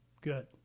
Good